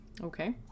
Okay